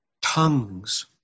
tongues